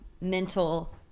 mental